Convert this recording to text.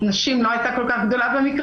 נוכחות של נשים לא הייתה כל כך גדולה במקרא,